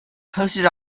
posted